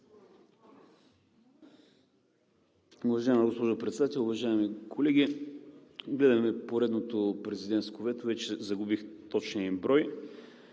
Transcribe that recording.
Уважаема госпожо Председател, уважаеми колеги! Гледаме поредното президентско вето – вече загубих точния им брой.